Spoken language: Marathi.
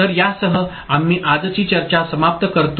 तर यासह आम्ही आजची चर्चा समाप्त करतो